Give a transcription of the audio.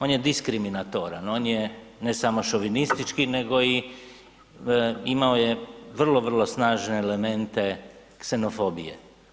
On je diskriminatoran, on je, ne samo šovinistički nego i, imao je vrlo, vrlo snažne elemente ksenofobije.